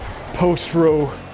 post-row